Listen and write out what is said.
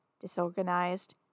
disorganized